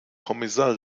kommissar